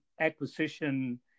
acquisition